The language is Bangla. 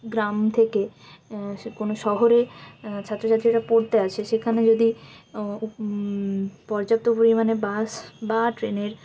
গ্রাম থেকে সে কোনো শহরে ছাত্র ছাত্রীরা পড়তে আসে সেখানে যদি পর্যাপ্ত পরিমাণে বাস বা ট্রেনের